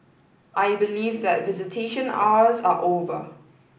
I believe that visitation hours are over